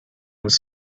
was